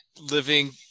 living